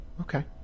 Okay